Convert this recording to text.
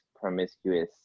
promiscuous